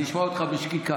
אני אשמע אותך בשקיקה.